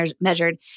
measured